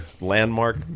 landmark